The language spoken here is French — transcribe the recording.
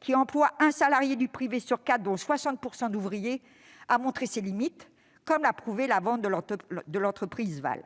qui emploie un salarié du privé sur quatre, dont 60 % d'ouvriers, a montré ses limites, comme l'a prouvé la vente de l'entreprise Vale.